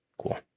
Cool